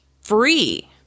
free